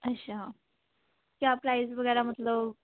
ਅੱਛਾ ਕਿਆ ਪ੍ਰਾਈਜ਼ ਵਗੈਰਾ ਮਤਲਬ